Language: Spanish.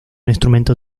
instrumento